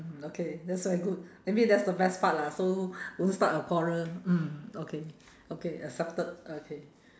mm okay that's why good maybe that's the best part lah so won't start a quarrel mm okay okay accepted okay